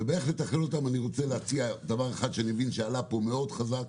ובאיך לתכלל אותם אני רוצה להציע דבר אחד שאני מבין שעלה פה מאוד חזק.